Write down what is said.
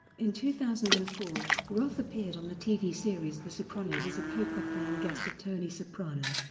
in two thousand and four, roth appeared on the tv series the sopranos as a poker-playing guest of tony soprano.